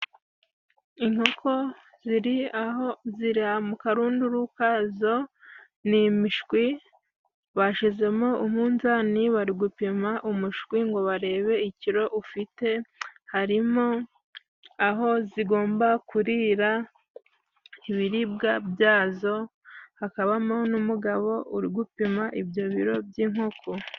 Inkoko ziri aho ziri aho mu karunduru kazo ni imishwi. Bashizemo umunzani, bari gupima umushwi ngo barebe ikiro ufite. Harimo aho zigomba kurira ibiribwa byazo, hakabamo n'umugabo uri gupima ibyo biro by'inkoko.